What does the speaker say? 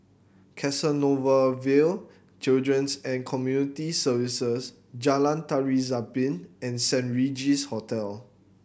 Canossaville Children's and Community Services Jalan Tari Zapin and Saint Regis Hotel